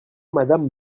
madame